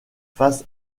face